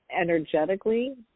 energetically